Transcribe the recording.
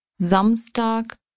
Samstag